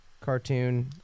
cartoon